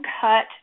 cut